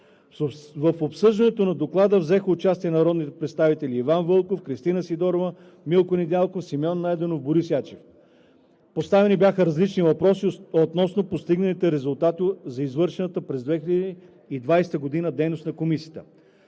В обсъждането на Доклада взеха участие народните представители: Иван Вълков, Кристина Сидорова, Милко Недялков, Симеон Найденов и Борис Ячев. Поставени бяха различни въпроси относно постигнатите резултати от извършената през 2020 г. дейност на Комисията.